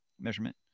measurement